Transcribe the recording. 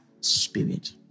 spirit